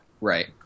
right